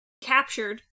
captured